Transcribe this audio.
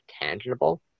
tangible